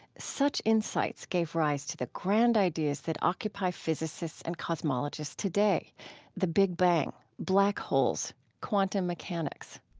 such insights gave rise to the grand ideas that occupy physicists and cosmologists today the big bang, black holes, quantum mechanics.